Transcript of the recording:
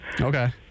Okay